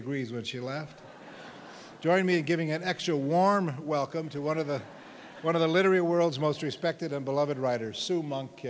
degrees when she left join me giving an actual warm welcome to one of the one of the literary world's most respected and beloved writer sue monk